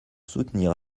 soutenir